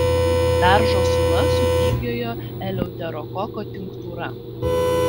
beržo sula su dygiojo eleuterokoko tinktūra